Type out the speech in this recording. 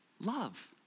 love